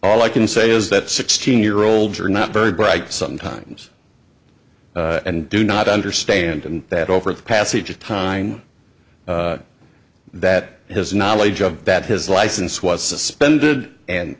all i can say is that sixteen year olds are not very bright sometimes and do not understand that over the passage of time that his knowledge of bad his license was suspended and